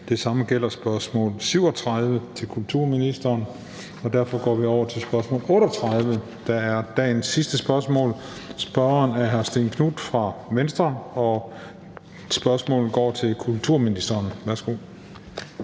Det samme gælder spørgsmål 37 til kulturministeren. Derfor går vi over til spørgsmål 38, der er dagens sidste spørgsmål. Spørgeren er hr. Stén Knuth fra Venstre, og spørgsmålet går til kulturministeren. Værsgo.